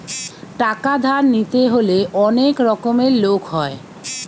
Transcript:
টাকা ধার নিতে হলে অনেক রকমের লোক হয়